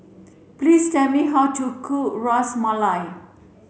please tell me how to cook Ras Malai